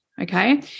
Okay